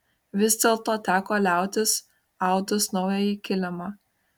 vis dėlto teko liautis audus naująjį kilimą